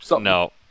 No